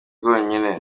rwonyine